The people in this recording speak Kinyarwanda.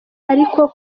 ariko